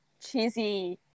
cheesy